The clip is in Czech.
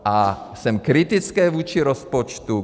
A jsem kritický vůči rozpočtu.